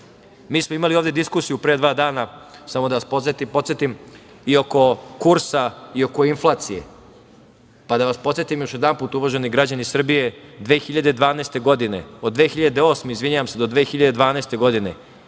smo imali ovde diskusiju pre dva dana, samo da vas podsetim, i oko kursa i oko inflacije. Da vas podsetim još jedanput uvaženi građani Srbije – od 2008. godine do 2012. godine